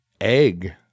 egg